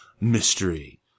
mystery